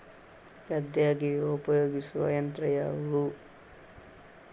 ಗದ್ದೆ ಅಗೆಯಲು ಉಪಯೋಗಿಸುವ ಯಂತ್ರ ಯಾವುದು?